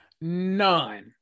None